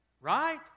right